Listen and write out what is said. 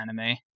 anime